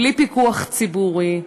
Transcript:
בלי פיקוח ציבורי,